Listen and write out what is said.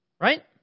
right